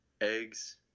eggs